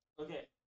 Okay